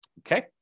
okay